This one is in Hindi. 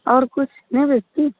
और कुछ नहीं बेचतीं